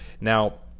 Now